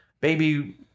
baby